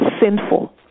sinful